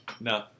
no